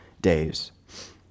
Days